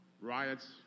Riots